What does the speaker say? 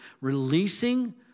releasing